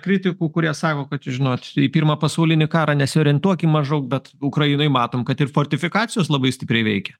kritikų kurie sako kad žinot pirmą pasaulinį karą nesiorientuokim maždaug bet ukrainoj matom kad ir fortifikacijos labai stipriai veikia